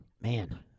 man